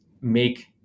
make